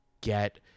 get